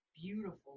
beautiful